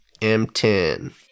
M10